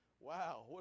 Wow